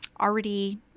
already